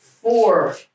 Four